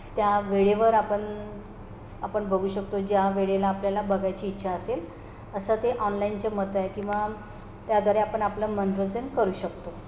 त्या वेळेवर आपण आपण बघू शकतो ज्या वेळेला आपल्याला बघायची इच्छा असेल असं ते ऑनलाईनचे महत्त्व आहे किंवा त्याद्वारे आपण आपलं मनोरंजन करू शकतो